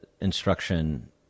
instruction